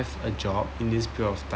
a job in this period of